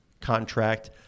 contract